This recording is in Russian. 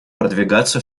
продвигаться